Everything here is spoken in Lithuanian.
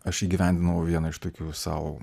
aš įgyvendinau vieną iš tokių sau